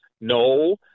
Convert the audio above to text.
no